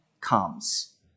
comes